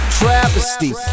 travesty